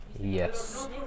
yes